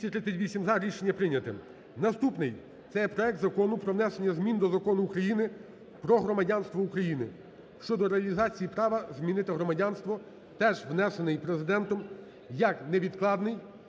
Наступний – це є проект Закону про внесення змін до Закону України "Про громадянство України" щодо реалізації права змінити громадянство. Теж внесений Президентом як невідкладний.